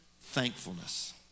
thankfulness